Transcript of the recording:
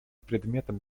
предметом